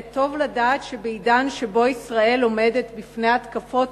טוב לדעת שבעידן שבו ישראל עומדת בפני התקפות